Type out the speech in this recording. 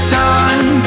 time